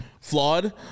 flawed